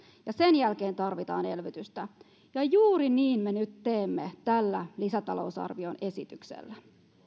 ja sen jälkeen tarvitaan elvytystä ja juuri niin me nyt teemme tällä lisätalousarvioesityksellä